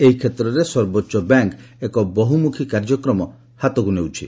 ଏହି କ୍ଷେତ୍ରରେ ସର୍ବୋଚ୍ଚ ବ୍ୟାଙ୍କ ଏକ ବହୁମୁଖୀ କାର୍ଯ୍ୟକ୍ରମ ହାତକୁ ନେଉଛି